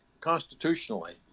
constitutionally